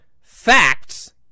facts